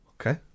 Okay